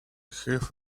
have